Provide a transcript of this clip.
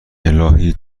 الهی